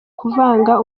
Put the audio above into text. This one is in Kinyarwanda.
kuvanga